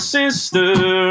sister